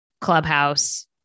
Clubhouse